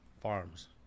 Farms